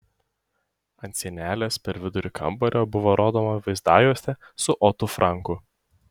ant sienelės per vidurį kambario buvo rodoma vaizdajuostė su otu franku